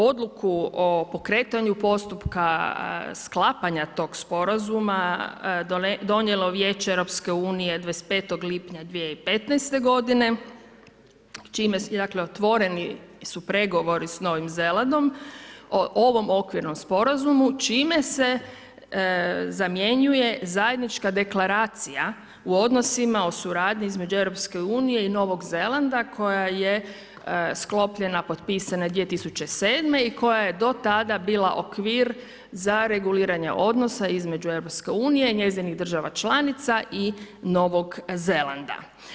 Odluku o pokretanju postupka, sklapanja tog sporazuma donijelo je Vijeće EU-a 25. lipnja 2015. godine čime su otvoreni pregovori s Novim Zelandom o ovom okvirnom sporazumu čime se zamjenjuje zajednička deklaracija u odnosima o suradnji između EU-a i Novog Zelanda koja je sklopljena i potpisana 2007. i koja je do tada bila okvir za reguliranje odnosa između EU-a, njezinih država članica i Novog Zelanda.